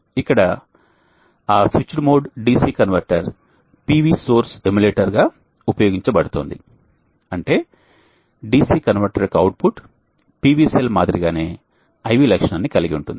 ఇక్కడ ఆ switched mode DC converter PV source ఎమ్యులేటర్గా ఉపయోగించబడుతోంది అంటే DC కన్వర్టర్ యొక్క అవుట్పుట్ PV సెల్ మాదిరిగానే I V లక్షణాన్ని కలిగి ఉంటుంది